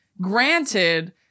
Granted